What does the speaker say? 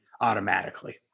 automatically